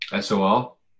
SOL